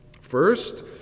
First